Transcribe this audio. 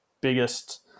biggest